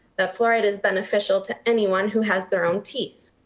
that fluoridate is beneficial to anyone who has their own teeth.